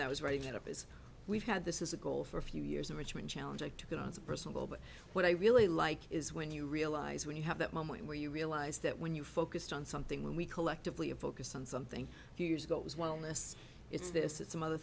i was writing it up is we've had this is a goal for a few years in richmond challenge i took it as a personal goal but what i really like is when you realize when you have that moment where you realize that when you focused on something we collectively a focus on something few years ago it was wellness it's this it's some other